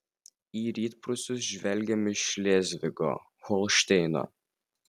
į rytprūsius žvelgiam iš šlėzvigo holšteino